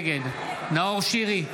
נגד נאור שירי,